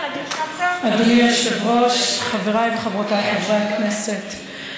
אדוני היושב-ראש, חבריי וחברותיי חברי הכנסת,